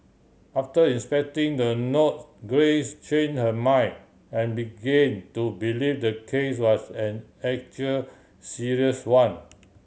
after inspecting the note Grace change her mind and begin to believe the case was an actual serious one